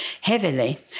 heavily